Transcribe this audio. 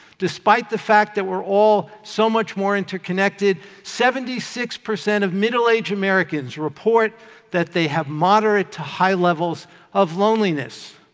despite the fact that we're all so much more interconnected, seventy six percent of middle-aged americans report that they have moderate to high levels of loneliness.